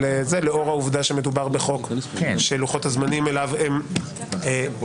לאור העובדה שמדובר בחוק שלוחות הזמנים אליו הם קצרים,